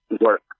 work